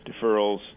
deferrals